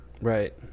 right